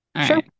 Sure